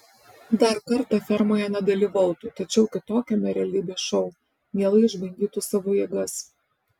dar kartą fermoje nedalyvautų tačiau kitokiame realybės šou mielai išbandytų savo jėgas